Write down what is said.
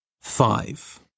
Five